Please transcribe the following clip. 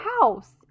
house